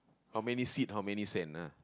how many seed how many sand ah